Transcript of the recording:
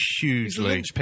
hugely